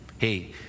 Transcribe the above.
Hey